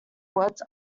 words